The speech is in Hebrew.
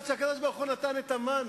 עד שהקדוש-ברוך-הוא נתן את המן.